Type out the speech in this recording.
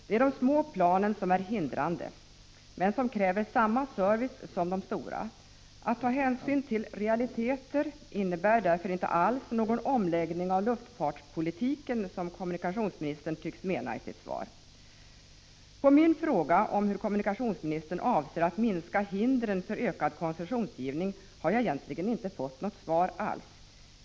Det är de små planen som är hindrande, men de kräver samma service som de stora. Att ta hänsyn till realiteter innebär därför inte alls någon omläggning av luftfartspolitiken, som kommunikationsministern tycks mena i sitt svar. På min fråga om hur kommunikationsministern avser att minska hindren för ökad koncessionsgivning har jag egentligen inte fått något svar alls.